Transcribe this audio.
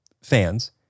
fans